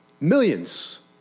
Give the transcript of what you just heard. Millions